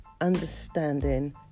understanding